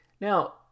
Now